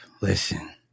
listen